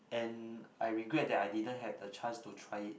and I regret that I didn't had a chance to try it